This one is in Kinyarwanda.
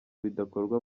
bidakorwa